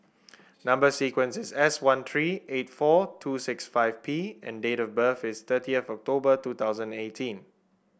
number sequence is S one three eight four two six five P and date of birth is thirty of October two thousand and eighteen